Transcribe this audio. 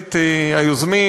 הכנסת היוזמים,